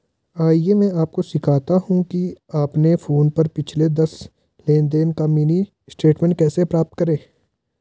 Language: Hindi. आइए मैं आपको सिखाता हूं कि अपने फोन पर पिछले दस लेनदेन का मिनी स्टेटमेंट कैसे प्राप्त करें